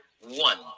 one